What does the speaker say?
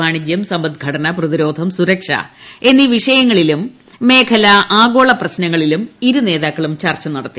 വാണിജ്യം സമ്പദ്ഘടന പ്രതിരോധം സുരക്ഷ എന്നീ വിഷയങ്ങളിലും മേഖല ആഗോള പ്രശ്നങ്ങളിലും ഇരുനേതാക്കളും ചർച്ച നടത്തി